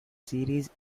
series